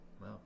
Wow